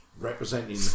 representing